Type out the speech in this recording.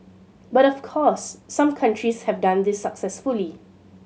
but of course some countries have done this successfully